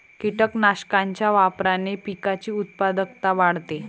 कीटकनाशकांच्या वापराने पिकाची उत्पादकता वाढते